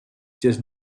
just